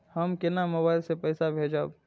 हम केना मोबाइल से पैसा भेजब?